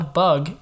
bug